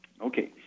Okay